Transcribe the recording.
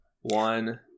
One